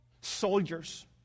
soldiers